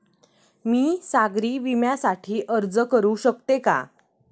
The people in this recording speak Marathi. मी सागरी विम्यासाठी अर्ज करू शकते का?